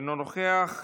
אינו נוכח.